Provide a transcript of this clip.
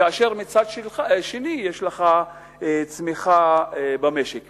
כאשר מצד שני יש לך צמיחה במשק.